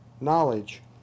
knowledge